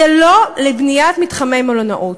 זה לא לבניית מתחמי מלונאות.